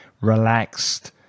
relaxed